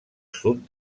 sud